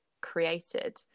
created